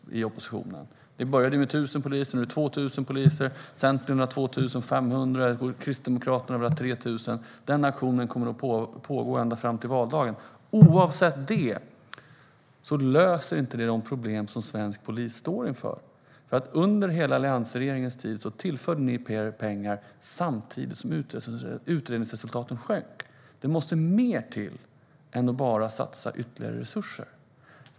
Det började med 1 000 poliser. Nu är det 2 000. Centern vill ha 2 500. Kristdemokraterna vill ha 3 000. Den auktionen kommer att pågå ända fram till valdagen. Men oavsett resultatet löser den inte de problem som svensk polis står inför. Under hela alliansregeringens tid tillförde ni mer pengar - samtidigt som utredningsresultaten sjönk. Det måste till mer än bara ytterligare resurser.